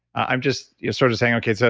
i'm just sort of saying, okay, so